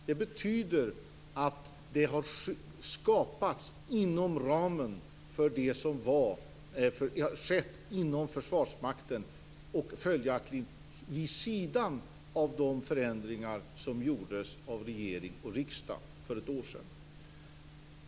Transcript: Det betyder att det här har skett inom Försvarsmakten och följaktligen vid sidan av de förändringar som gjordes av regering och riksdag för ett år sedan.